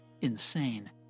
insane